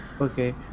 okay